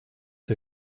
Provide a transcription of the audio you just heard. der